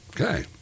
Okay